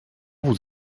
vous